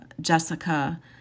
Jessica